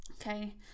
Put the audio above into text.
Okay